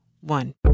one